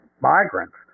migrants